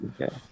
okay